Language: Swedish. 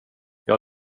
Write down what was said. jag